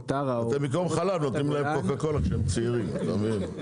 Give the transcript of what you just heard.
פתאום חלב נותנים להם קוקה קולה כשהם צעירים אתה מבין?